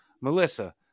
Melissa